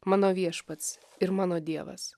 mano viešpats ir mano dievas